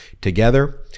together